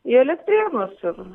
į elektrėnus ir